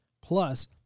Plus